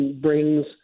brings